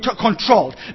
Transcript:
controlled